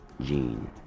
Gene